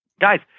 guys